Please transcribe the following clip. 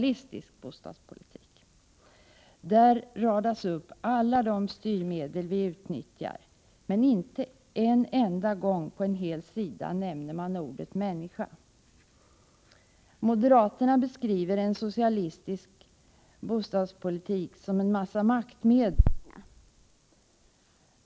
I motionen radas upp alla de styrmedel som vi utnyttjar, men inte en enda gång på en hel sida nämns ordet människa. Moderaterna beskriver en socialistisk bostadspolitik som en mängd maktmedel för några objekt, som på ett ställe får heta konsumenterna.